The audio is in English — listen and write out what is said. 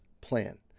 plan